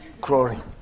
crawling